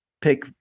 pick